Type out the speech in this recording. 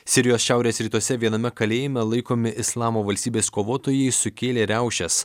sirijos šiaurės rytuose viename kalėjime laikomi islamo valstybės kovotojai sukėlė riaušes